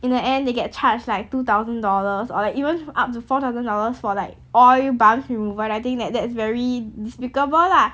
in the end they get charged like two thousand dollars or like even up to four thousand dollars for like oil bumps removal and I think that that's very despicable lah